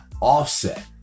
Offset